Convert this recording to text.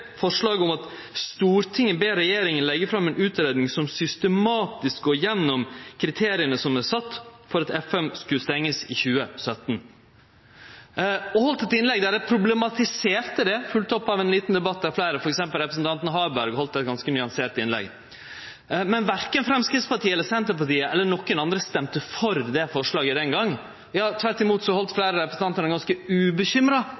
forslag om at Stortinget skulle be regjeringa leggje fram ei utgreiing som systematisk går gjennom kriteria som er sette for at FM skulle stengjast i 2017. Eg heldt eit innlegg der eg problematiserte det, følgd opp av ein liten debatt, der bl.a. representanten Harberg heldt eit ganske nyansert innlegg. Men verken Framstegspartiet eller Senterpartiet eller nokon andre stemte for det forslaget den gongen. Tvert imot heldt fleire representantar ganske ubekymra innlegg om utviklinga, f.eks. Senterpartiet. Så